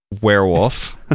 werewolf